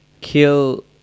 kill